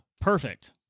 perfect